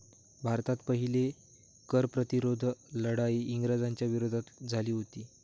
भारतात पहिली कर प्रतिरोध लढाई इंग्रजांच्या विरोधात झाली हुती